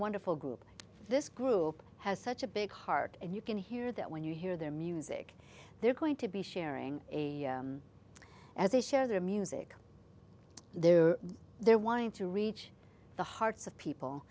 wonderful group this group has such a big heart and you can hear that when you hear their music they're going to be sharing a as they share their music there they're wanting to reach the hearts of